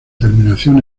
terminación